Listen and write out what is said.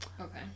Okay